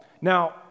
Now